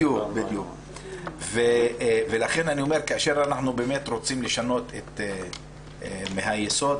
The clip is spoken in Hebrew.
כאשר אנחנו רוצים לשנות מן היסוד